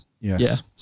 yes